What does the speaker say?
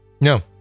No